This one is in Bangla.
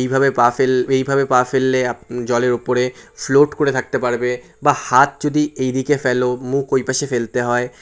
এইভাবে পা ফেললে এইভাবে পা ফেললে জলের ওপরে ফ্লোট করে থাকতে পারবে বা হাত যদি এইদিকে ফেলো মুখ ওই পাশে ফেলতে হয়